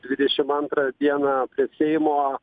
dvidešim antrą dieną prie seimo